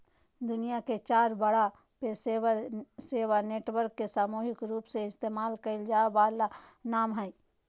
दुनिया के चार बड़ा पेशेवर सेवा नेटवर्क के सामूहिक रूपसे इस्तेमाल कइल जा वाला नाम हइ